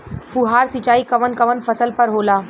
फुहार सिंचाई कवन कवन फ़सल पर होला?